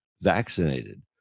vaccinated